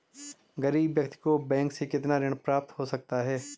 गरीब व्यक्ति को बैंक से कितना ऋण प्राप्त हो सकता है?